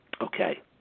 Okay